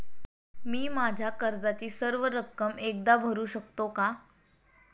मी माझ्या कर्जाची सर्व रक्कम एकदा भरू शकतो का?